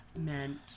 meant